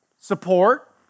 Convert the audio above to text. Support